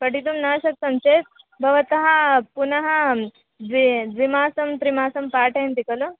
पठितुं न शक्तं चेत् भवतः पुनः द्वि द्विमासं त्रिमासं पाठयन्ति खल